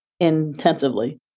intensively